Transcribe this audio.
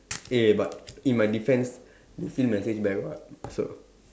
eh but in my defense they still message back what so